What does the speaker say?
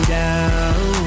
down